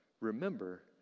Remember